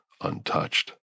untouched